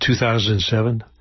2007